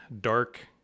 dark